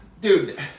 Dude